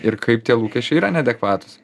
ir kaip tie lūkesčiai yra neadekvatūs